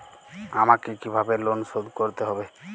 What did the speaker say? আমাকে কিভাবে লোন শোধ করতে হবে?